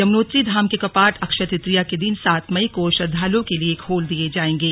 यमुनोत्री धाम के कपाट अक्षय तृतीया के दिन सात मई को श्रद्वालुओं के लिए खोल दिये जाएंगे